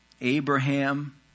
Abraham